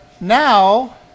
now